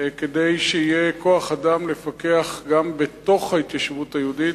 כדי שיהיה כוח-אדם לפקח גם בתוך ההתיישבות היהודית,